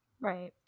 Right